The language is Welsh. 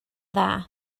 dda